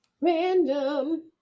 Random